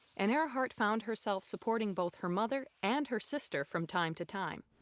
and earhart found herself supporting both her mother and her sister from time to time.